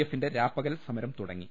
എഫിന്റെ രാപ്പകൽ സമരം തുടങ്ങി